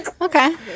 Okay